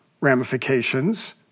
ramifications